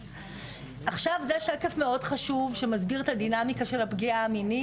עכשיו זה שקף מאוד חשוב שמסביר את הדינמיקה של הפגיעה המינית,